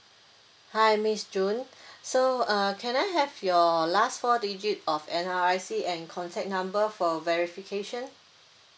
hi miss june so uh can I have your last four digit of N_R_I_C and contact number for verification